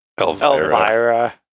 Elvira